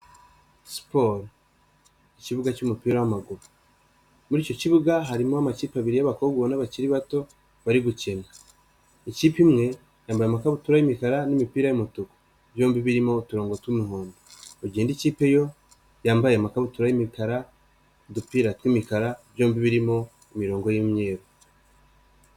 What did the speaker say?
Siporo, ikibuga cy'umupira w'amaguru, muri icyo kibuga harimo amakipe abiri y'abakobwa ubona bakiri bato bari gukina, ikipe imwe yambaye amakabutura y'umukara n'imipira y'umutuku, byombi birimo uturongo tw'umuhondo, mu gihe ikipe yo yambaye amakabutura y'imikara, udupira tw'imikara, byombi birimo imirongo y'imyeru.